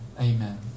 Amen